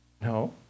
No